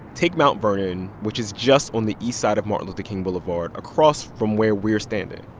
take mount vernon which is just on the east side of martin luther king boulevard, across from where we're standing.